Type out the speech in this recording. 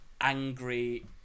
angry